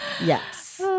Yes